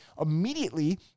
immediately